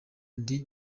ndi